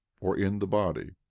or in the body,